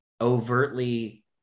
overtly